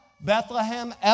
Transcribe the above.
Bethlehem